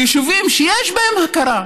ביישובים שיש בהם הכרה,